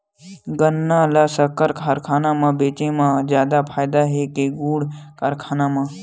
गन्ना ल शक्कर कारखाना म बेचे म जादा फ़ायदा हे के गुण कारखाना म?